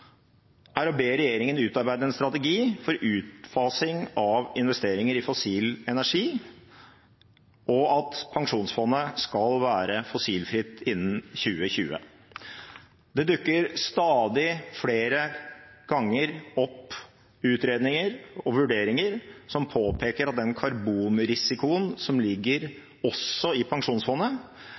er å be regjeringen utarbeide en strategi for utfasing av investeringer i fossil energi, og at pensjonsfondet skal være fossilfritt i 2020. Det dukker stadig opp utredninger og vurderinger som påpeker at den karbonrisikoen som også ligger i pensjonsfondet,